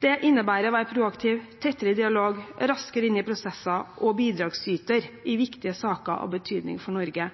Det innebærer å være proaktiv, tettere dialog, raskere inn i prosesser og å være bidragsyter i viktige saker av betydning for Norge.